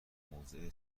موضع